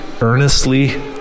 earnestly